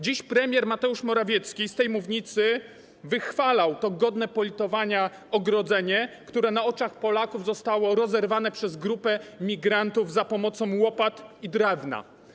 Dziś premier Mateusz Morawiecki z tej mównicy wychwalał to godne politowania ogrodzenie, które na oczach Polaków zostało rozerwane przez grupę migrantów za pomocą łopat i drewna.